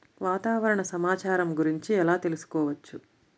వాతావరణ సమాచారము గురించి ఎలా తెలుకుసుకోవచ్చు?